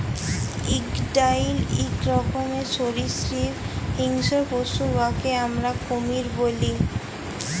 crocodile ইক রকমের সরীসৃপ হিংস্র পশু উয়াকে আমরা কুমির ব্যলি